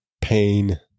pain